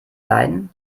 beiden